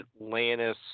Atlantis